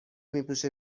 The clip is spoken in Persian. میپوشه